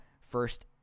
first